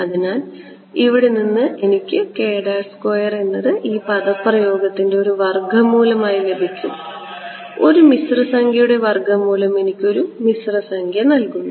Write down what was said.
അതിനാൽ ഇവിടെ നിന്ന് എനിക്ക് എന്നത് ഈ പദപ്രയോഗത്തിന്റെ ഒരു വർഗ്ഗമൂലമായി ലഭിക്കും ഒരു മിശ്രസംഖ്യയുടെ വർഗ്ഗമൂലം എനിക്ക് ഒരു മിശ്രസംഖ്യ നൽകുന്നു